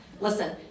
Listen